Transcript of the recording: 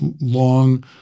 long